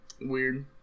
weird